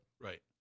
right